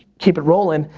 keep it rolling,